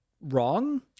wrong